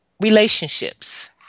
relationships